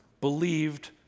believed